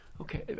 Okay